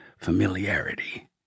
familiarity